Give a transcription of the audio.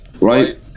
right